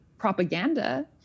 propaganda